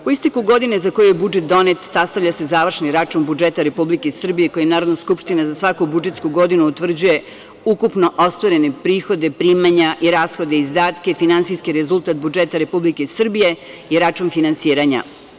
Po isteku godine za koju je budžet donet sastavlja se završni račun budžeta Republike Srbije koji Narodna skupština za svaku budžetsku godinu utvrđuje ukupno ostvarene prihode, primanja, rashode, izdatke, finansijski rezultat budžeta Republike Srbije i račun finansiranja.